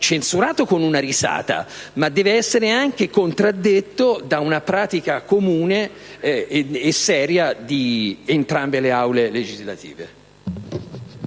censurata con una risata, ma anche contraddetta da una pratica comune e seria di entrambe le Assemblee legislative.